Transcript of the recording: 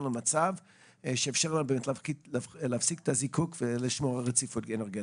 למצב בו אפשר להפסיק את הזיקוק ולשמור על רציפות אנרגטית.